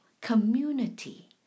community